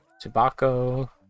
Tobacco